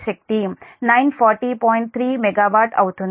3MW అవుతుంది